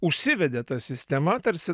užsivedė ta sistema tarsi